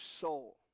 soul